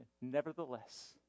nevertheless